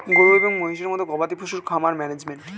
গরু এবং মহিষের মতো গবাদি পশুর খামার ম্যানেজমেন্ট